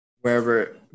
wherever